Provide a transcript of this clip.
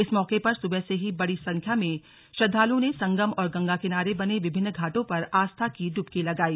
इस मौके पर सुबह से ही बड़ी संख्या में श्रद्वालुओं ने संगम और गंगा किनारे बने विभिन्न घाटों पर आस्था की डुबकी लगाई